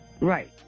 Right